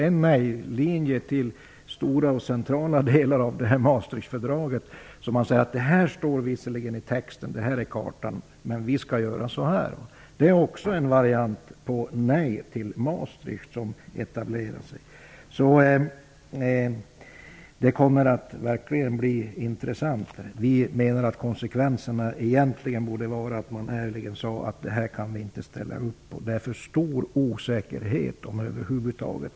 En nej-linje gäller stora och centrala delar av Maastrichtfördraget. Man säger: Det här står visserligen i texten -- det här är kartan -- men vi skall göra så här. Det är också en variant på nej till Maastricht som etablerar sig. Det kommer således verkligen att bli intressant att se hur det blir. Vi menar att konsekvensen egentligen borde vara att man ärligt sade: Det här kan vi inte ställa upp på. Det är alltför stor osäkerhet över huvud taget.